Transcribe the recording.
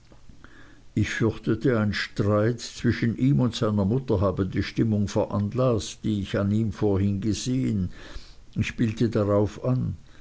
ich fürchtete ein streit zwischen ihm und seiner mutter habe die stimmung veranlaßt die ich an ihm vorhin gesehen ich spielte darauf an